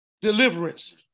Deliverance